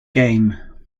game